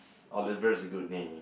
Oliver is a good name